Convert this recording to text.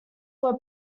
were